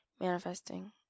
Manifesting